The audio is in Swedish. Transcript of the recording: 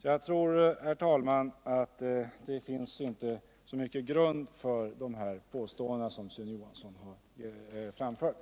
Jag tror inte, herr talman, att det finns så mycket grund för de påståenden som Sune Johansson har framfört.